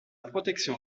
protection